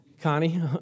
Connie